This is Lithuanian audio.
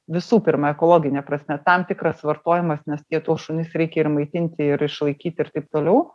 visų pirma ekologine prasme tam tikras vartojimas nes tie tuos šunis reikia ir maitinti ir išlaikyti ir taip toliau